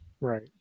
Right